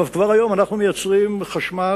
כבר היום אנחנו מייצרים חשמל,